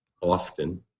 often